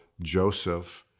Joseph—